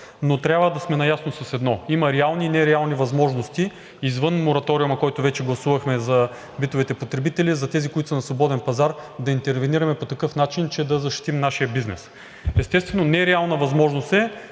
но трябва да сме наясно с едно – има реални и нереални възможности извън мораториума, който вече гласувахме, за битовите потребители, за тези, които са на свободен пазар, да интервенираме по такъв начин, че да защитим нашия бизнес. Естествено, нереална възможност е